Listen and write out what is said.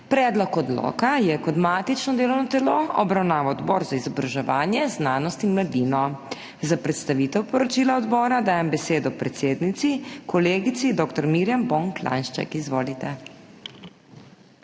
Predlog odloka je kot matično delovno telo obravnaval Odbor za izobraževanje, znanost in mladino. Za predstavitev poročila odbora dajem besedo predsednici, kolegici dr. Mirjam Bon Klanjšček. Izvolite.